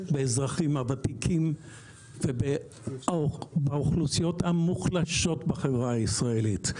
באזרחים הוותיקים ובאוכלוסיות המוחלשות בחברה הישראלית.